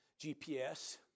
GPS